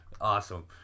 Awesome